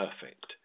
perfect